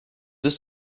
deux